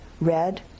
Red